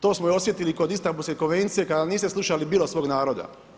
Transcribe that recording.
To smo i osjetili kod Istambulske konvencije kada niste slušali bilo svog naroda.